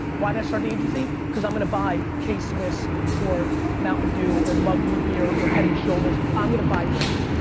why did i start the agency? cuz i'm gonna buy k-swiss or mountain dew or mug root beer or head and shoulders. i'm gonna buy brands.